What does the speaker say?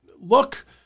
look